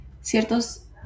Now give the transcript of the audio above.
ciertos